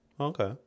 Okay